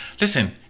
listen